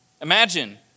Imagine